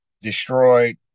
destroyed